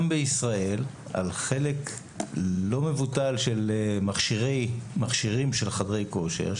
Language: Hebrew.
גם בישראל על חלק לא מבוטל של מכשירים של חדרי כושר,